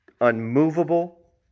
unmovable